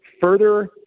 further